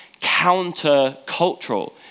counter-cultural